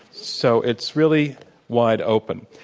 so it's really wide open.